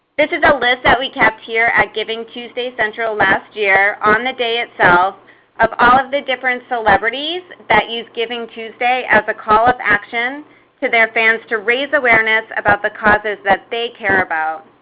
this is a list that we kept here at givingtuesday central last year on the day itself of all the different celebrities that used givingtuesday as a call of action to their fans to raise awareness about the causes that they care about.